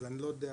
אז אני לא יודע.